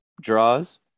draws